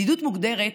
בדידות מוגדרת